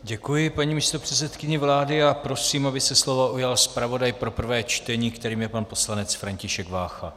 Děkuji paní místopředsedkyni vlády a prosím, aby se slova ujal zpravodaj pro prvé čtení, kterým je pan poslanec František Vácha.